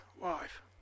wife